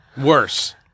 Worse